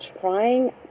trying